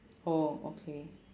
oh okay